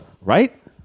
Right